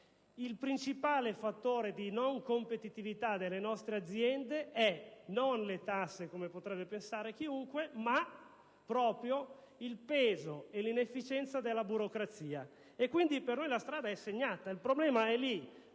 Il principale fattore di non competitività delle nostre aziende è dato non dalle tasse - come potrebbe pensare chiunque - ma proprio dal peso e dall'inefficienza della burocrazia. Per noi, quindi, la strada è segnata. Il problema è